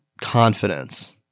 confidence